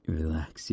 relax